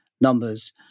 numbers